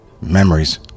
Memories